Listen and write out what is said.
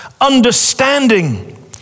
understanding